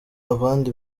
abandi